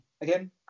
again